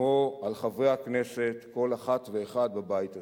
כמו על חברי הכנסת, כל אחת ואחד בבית הזה: